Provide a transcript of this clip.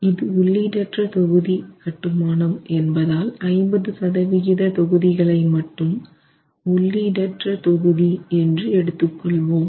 இது உள்ளீடற்ற தொகுதி கட்டுமானம் என்பதால் 50 சதவிகித தொகுதிகளை மட்டும் உள்ளீடற்ற தொகுதி என்று எடுத்துக் கொள்வோம்